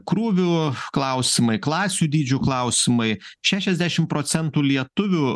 krūvių klausimai klasių dydžių klausimai šešiasdešim procentų lietuvių